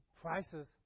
Prices